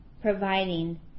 providing